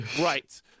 right